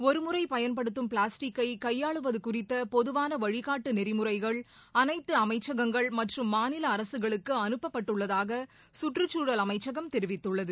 ஒரு முறை பயன்படுத்தும் பிளாஸ்டிக்கை கையாளுவது குறித்த பொதுவாள வழிகாட்டு நெறிமுறைகள் அனைத்து அமைச்சகங்கள் மற்றும் மாநில அரசுகளுக்கு அனுப்பப்பட்டுள்ளதாக கற்றுச்சூழல் அமைச்சகம் தெரிவித்துள்ளது